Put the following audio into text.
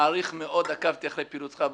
מעריך מאוד, עקבתי אחרי פעילותך ב-OECD,